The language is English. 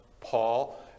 Paul